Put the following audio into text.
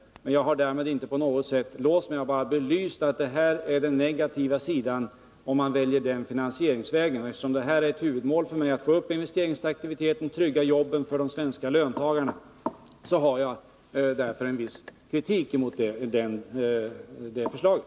Men jag har därmed inte låst mig på något sätt. Jag har bara belyst att det här är den negativa sidan, om man väljer den finansieringsvägen. Eftersom det är ett huvudmål för mig att få upp investeringsaktiviteten och trygga jobben för de svenska löntagarna, så har jag därför en viss kritik mot det förslaget.